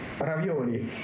Ravioli